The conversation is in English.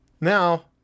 Now